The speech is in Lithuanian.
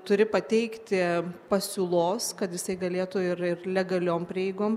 turi pateikti pasiūlos kad jisai galėtų ir ir legaliom prieigom